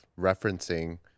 referencing